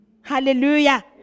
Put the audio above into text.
Hallelujah